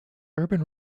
urban